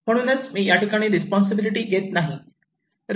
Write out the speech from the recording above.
म्हणून या ठिकाणी मी रेस्पोंसिबिलिटी घेत नाही